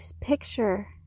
picture